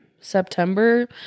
September